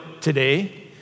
today